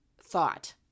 thought